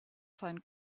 sein